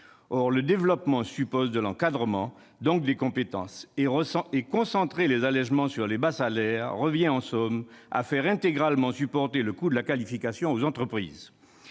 Or le développement suppose de l'encadrement, donc des compétences ; concentrer les allégements sur les bas salaires revient en somme à faire intégralement supporter le coût de la qualification aux entreprises.